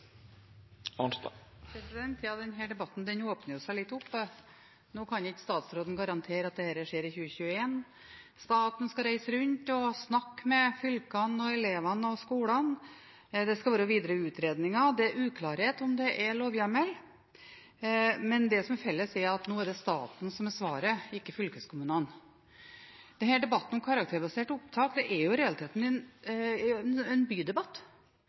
debatten åpner seg jo litt opp. Nå kan ikke statsråden garantere at dette skjer i 2021. Staten skal reise rundt og snakke med fylkene, elevene og skolene, det skal være videre utredninger, og det er uklarhet om hvorvidt det er lovhjemmel. Men det som er felles, er at nå er det staten som er svaret, ikke fylkeskommunene. Denne debatten om karakterbasert opptak er jo i realiteten en bydebatt. I mitt valgdistrikt, Nord-Trøndelag, er dette i veldig liten grad en